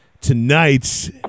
tonight